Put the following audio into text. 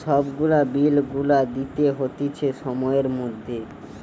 সব গুলা বিল গুলা দিতে হতিছে সময়ের মধ্যে